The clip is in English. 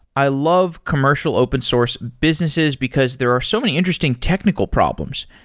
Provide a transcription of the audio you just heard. i love commercial open source businesses, because there are so many interesting technical problems.